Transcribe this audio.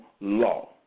law